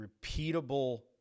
repeatable